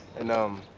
and um,